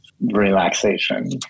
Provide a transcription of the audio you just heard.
relaxation